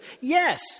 Yes